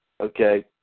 okay